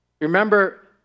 Remember